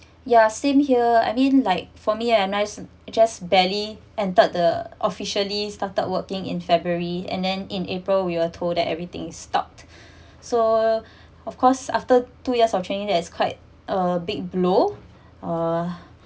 yeah same here I mean like for me a nice just barely entered the officially started working in february and then in april we are told that everything stopped so of course after two years of training that is quite a big blow uh